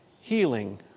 healing